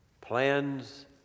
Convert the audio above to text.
Plans